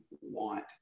want